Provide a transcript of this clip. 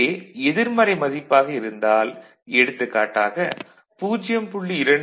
இதே எதிர்மறை மதிப்பாக இருந்தால் எடுத்துக் காட்டாக 0